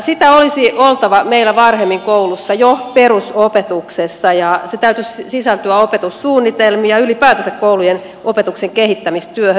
sitä olisi oltava meillä varhemmin koulussa jo perusopetuksessa ja sen täytyisi sisältyä opetussuunnitelmiin ja ylipäätänsä koulujen opetuksen kehittämistyöhön